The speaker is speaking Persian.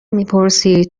میپرسی